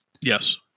Yes